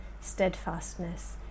steadfastness